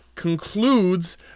concludes